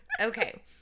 Okay